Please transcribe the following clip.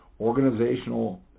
organizational